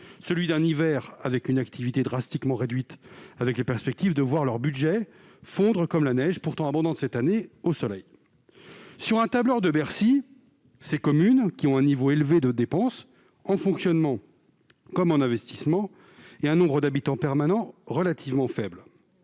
il y a cet hiver, avec une activité drastiquement réduite et la perspective de voir leur budget fondre comme neige- elle est pourtant abondante cette année -au soleil. Mais, sur un tableur de Bercy, ces communes apparaissent comme ayant un niveau élevé de dépenses, en fonctionnement comme en investissement, pour un nombre d'habitants permanents relativement faible.